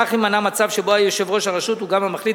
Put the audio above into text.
כך יימנע מצב שבו יושב-ראש הרשות הוא גם המחליט